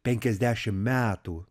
penkiasdešim metų